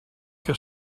que